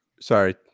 sorry